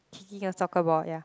kicking a soccer ball ya